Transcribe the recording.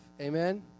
Amen